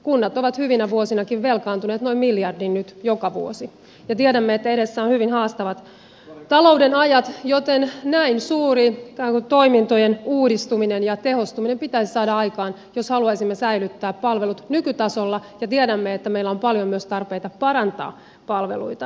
kunnat ovat hyvinäkin vuosina velkaantuneet noin miljardin nyt joka vuosi ja tiedämme että edessä ovat hyvin haastavat talouden ajat joten näin suuri ikään kuin toimintojen uudistuminen ja tehostuminen pitäisi saada aikaan jos haluaisimme säilyttää palvelut nykytasolla ja tiedämme että meillä on paljon myös tarpeita parantaa palveluita